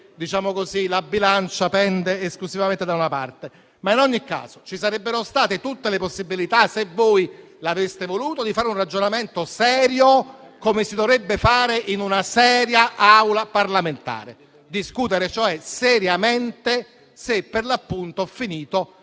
la bilancia penda esclusivamente da una parte. In ogni caso, ci sarebbero state tutte le possibilità, se voi l'aveste voluto, di fare un ragionamento serio, come si dovrebbe fare in una seria Aula parlamentare: discutere, cioè, seriamente se l'istituto